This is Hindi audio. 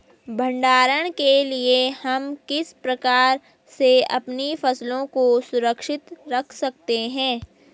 भंडारण के लिए हम किस प्रकार से अपनी फसलों को सुरक्षित रख सकते हैं?